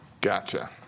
Gotcha